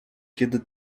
kiedy